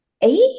Eight